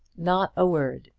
not a word.